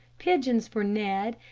pigeons for ned,